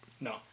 No